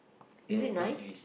is it nice